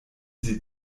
sie